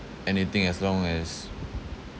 anything as long as